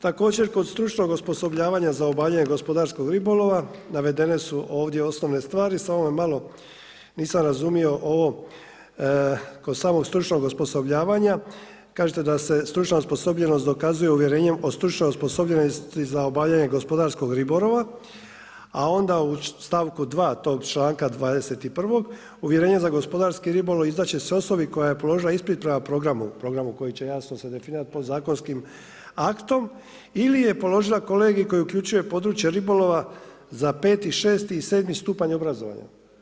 Također, kod stručnog osposobljavanja za obavljanje gospodarskog ribolova, navedene su ovdje osnovne stvari, samo me malo, nisam razumio, ovo kod samog stručnog osposobljavanja, kažete da se stručna osposobljenost dokazuje uvjerenje o stručnoj osposobljenosti za obavljanje gospodarskog ribolova, a onda u stavku 2 tog članka 21. uvjerenje za gospodarski ribolov izdat će se osobi koja je položila ispit prema programu, programu koji će jasno se definirat po zakonskim aktom ili je položila kolegij koji uključuje područje ribolova za 5, 6 i 7 stupanj obrazovanja.